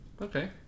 Okay